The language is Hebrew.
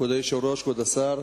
כבוד היושב-ראש, כבוד השר,